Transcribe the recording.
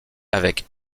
avec